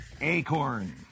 Acorn